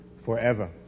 forever